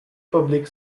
public